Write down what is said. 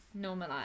Normalize